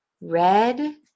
red